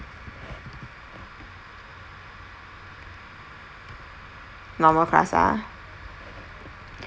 normal crust ah